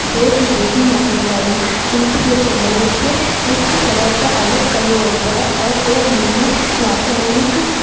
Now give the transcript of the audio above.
देश विदेश में मोकिलींदा आयूं ऊठ जे चमड़े खे ठिकु तरह सां अलॻि कयो वेंदो आहे ऐं पोइ हुन में रासायनिक